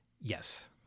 Yes